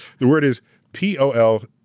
the word is p o l